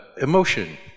emotion